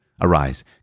Arise